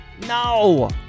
No